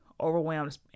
overwhelmed